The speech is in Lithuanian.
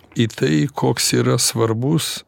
į tai koks yra svarbus